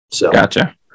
Gotcha